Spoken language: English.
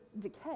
decay